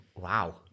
wow